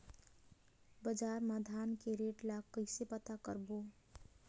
बजार मा धान के रेट ला कइसे पता करबो?